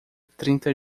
trinta